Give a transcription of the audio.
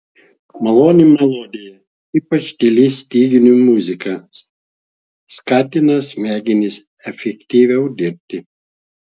maloni melodija ypač tyli styginių muzika skatina smegenis efektyviau dirbti